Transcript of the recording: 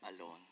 alone